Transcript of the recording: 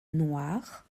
noirs